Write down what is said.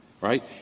right